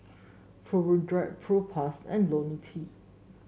Hirudoid Propass and IoniL T